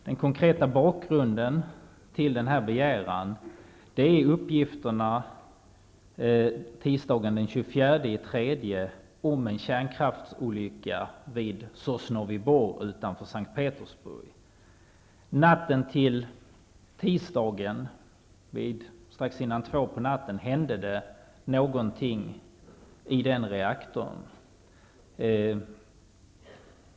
Den konkreta bakgrunden till denna begäran är uppgifterna tisdagen den 24 mars om en kärnkraftsolycka vid Sosnovyj Bor utanför Natten till tisdagen strax före klockan två hände det någonting i reaktorn.